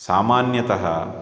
सामान्यतः